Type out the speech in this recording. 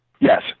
Yes